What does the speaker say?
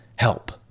Help